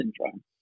syndrome